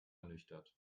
ernüchtert